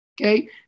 Okay